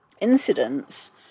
incidents